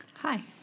Hi